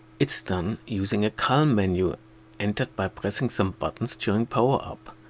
its done using a cal-menu entered by pressing some buttons during power-up,